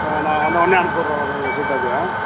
நான் வந்தவுனே அனுப்பி விட்றேன்